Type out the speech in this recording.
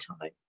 time